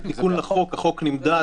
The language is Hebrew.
זה תיקון לחוק, החוק נמדד.